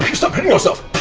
stop hitting yourself!